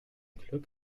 glück